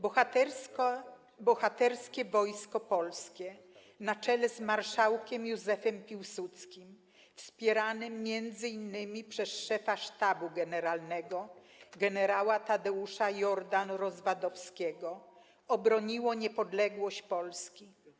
Bohaterskie Wojsko Polskie na czele z Marszałkiem Józefem Piłsudskim, wspieranym między innymi przez szefa sztabu generalnego - generała Tadeusza Jordan-Rozwadowskiego, obroniło niepodległość Polski.